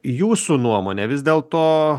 jūsų nuomone vis dėlto